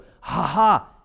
ha-ha